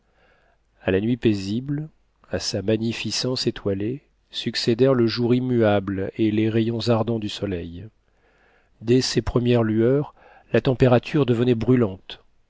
a la nuit paisible à sa magnificence étoilée succédèrent le jour immuable et les rayons ardents du soleil dès ses premières lueurs la température devenait brûlante